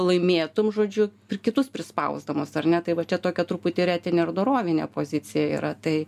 laimėtum žodžiu ir kitus prispausdamas ar ne tai va čia tokia truputį ir etinė ir dorovinė pozicija yra tai